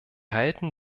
halten